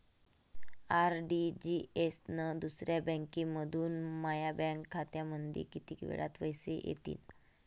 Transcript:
RTGS न दुसऱ्या बँकेमंधून माया बँक खात्यामंधी कितीक वेळातं पैसे येतीनं?